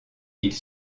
ils